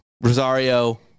Rosario